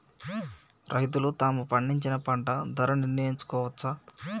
రైతులు తాము పండించిన పంట ధర నిర్ణయించుకోవచ్చా?